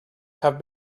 have